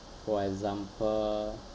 for example